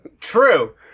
True